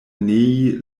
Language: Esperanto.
nei